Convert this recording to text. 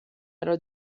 era